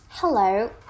Hello